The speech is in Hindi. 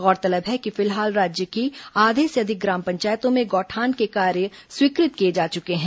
गौरतलब है कि फिलहाल राज्य की आधे से अधिक ग्राम पंचायतों में गौठान के कार्य स्वीकृत किए जा चुके हैं